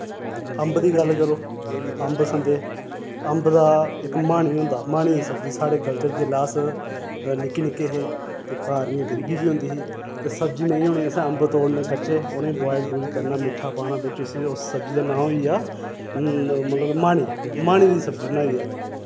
अम्ब दी गल्ल करो अम्ब खंदे अम्ब दा इक माणी होंदा माणी दी सब्जी साढ़े कल्चर जिसलै अस निक्के निक्के हे ते घर इ'यां गरीबी बी होंदी ही ते सब्जी नेईं होनी असें अम्ब तोड़ने कच्चे उ'नें बोआइल बुईल करना मिट्ठा पाना बिच्च उस्सी उस सब्जी दा नां होइया मतलब माणी माणी दी सब्जी बनाई दी अज्ज